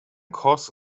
cause